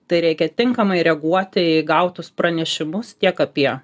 tai reikia tinkamai reaguoti į gautus pranešimus tiek apie